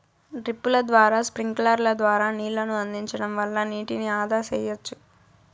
డ్రిప్పుల ద్వారా స్ప్రింక్లర్ల ద్వారా నీళ్ళను అందించడం వల్ల నీటిని ఆదా సెయ్యచ్చు